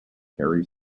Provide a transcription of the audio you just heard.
terry